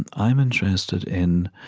and i'm interested in